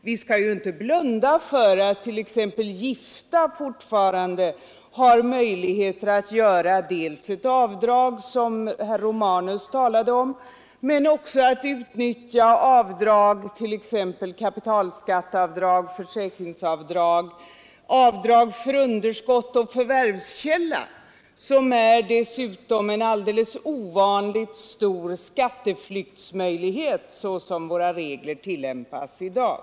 Vi skall inte blunda för att t.ex. gifta fortfarande har möjligheter att göra det särskilda avdrag, som herr Romanus talade om, men också att utnyttja t.ex. kapitalskatteavdrag, försäkringsavdrag och avdrag för underskott i förvärvskälla — som dessutom är en alldeles ovanligt stor skatteflyktsmöjlighet såsom våra regler tillämpas i dag.